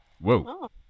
Whoa